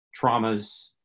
traumas